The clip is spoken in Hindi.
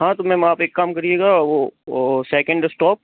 हाँ तो मैम आप एक काम करिएगा वो सेकेंड इस्टॉप